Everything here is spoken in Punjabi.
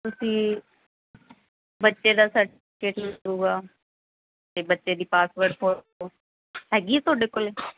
ਤੁਸੀਂ ਬੱਚੇ ਦਾ ਸਰਟੀਫਿਕੇਟ ਲੱਗੇਗਾ ਅਤੇ ਬੱਚੇ ਦੀ ਪਾਸਵਰਡ ਫੋਟੋ ਹੈਗੀ ਹੈ ਤੁਹਾਡੇ ਕੋਲ